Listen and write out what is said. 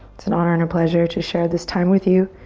it's an honor and a pleasure to share this time with you.